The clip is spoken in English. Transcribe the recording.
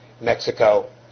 Mexico